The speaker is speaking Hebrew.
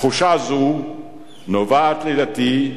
תחושה זו נובעת, לדעתי,